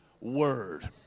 word